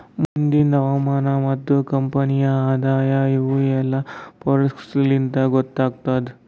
ಮುಂದಿಂದ್ ಹವಾಮಾನ ಮತ್ತ ಕಂಪನಿಯ ಆದಾಯ ಇವು ಎಲ್ಲಾ ಫೋರಕಾಸ್ಟ್ ಲಿಂತ್ ಗೊತ್ತಾಗತ್ತುದ್